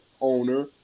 owner